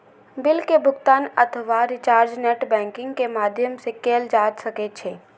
bill के भुगातन अथवा रिचार्ज नेट बैंकिंग के माध्यम सं कैल जा सकै छै